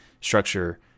structure